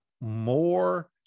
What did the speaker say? more